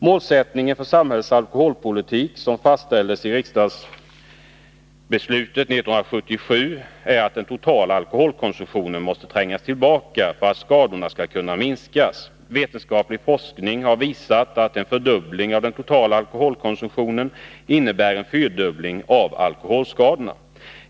Målsättningen för samhällets alkoholpolitik, som fastställdes i riksdagsbeslutet 1977, är att den totala alkoholkonsumtionen måste trängas tillbaka för att skadorna skall kunna minskas. Vetenskapliga forskningar har visat att en fördubbling av den totala alkoholkonsumtionen innebär en fyrdubbling av alkoholskadorna.